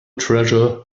treasure